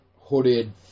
hooded